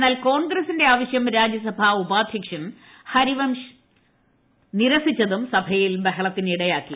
എന്നാൽ കോൺഗ്രസിന്റെ ആവശ്യം രാജ്യസഭാ ഉപാധ്യക്ഷൻ ഹരിവംശ് നിരസിച്ചതും സഭയിൽ ബഹളത്തിനിടയാക്കി